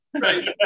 right